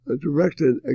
directed